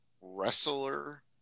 wrestler